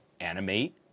Animate